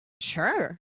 Sure